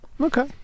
Okay